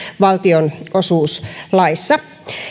valtionosuuslaissa